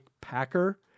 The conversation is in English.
packer